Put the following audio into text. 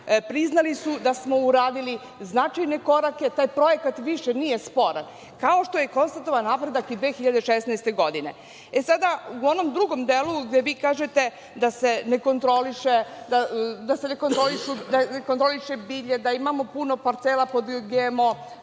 priznali su da smo uradili značajne korake. Taj projekat više nije sporan, kao što je konstatovan napredak i 2016. godine. Sada, u onom drugom delu, gde vi kažete da se ne kontroliše bilje, da imamo puno parcela pod GMO